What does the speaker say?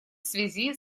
связи